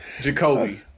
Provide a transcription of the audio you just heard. Jacoby